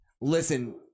Listen